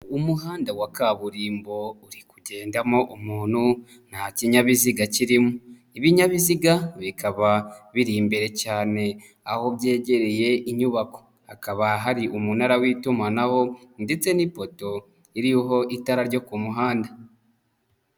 Umuhanda wa kaburimbo uri kugendamo umuntu nta kinyabiziga kirimo, ibinyabiziga bikaba biri imbere cyane aho byegereye inyubako. Hakaba hari umunara w'itumanaho ndetse n'ipoto iriho itara ryo ku muhanda.